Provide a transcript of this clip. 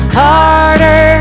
harder